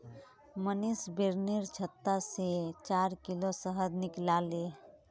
मनीष बिर्निर छत्ता से चार किलो शहद निकलाले